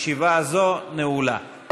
הסתייגות מס' 5 לסעיף 2 לא התקבלה.